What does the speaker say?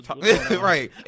Right